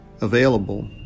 available